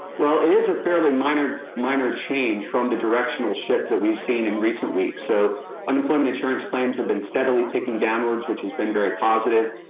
well, it is a fairly minor minor change from the directional shift that we've seen in recent weeks. so unemployment insurance claims have been steadily ticking downwards, which has been very positive.